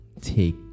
take